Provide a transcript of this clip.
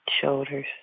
shoulders